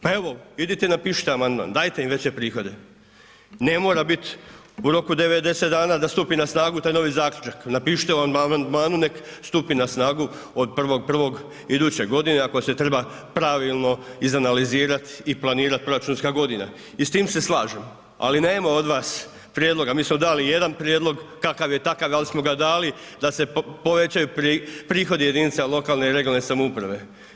Pa evo, idite, napišite amandman, dajte im veće prihode, ne mora biti u roku 90 dana da stupi na snagu taj novi zaključak, napišite u amandmanu nek stupi na snagu od 1.1. iduće godine ako se treba pravilno izanalizirat i planirat proračunska godina i s tim se slažem, ali nema od vas prijedloga, mi smo dali jedan prijedlog, kakav je takav je, al smo ga dali da se povećaju prihodi jedinicama lokalne i regionalne samouprave.